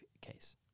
case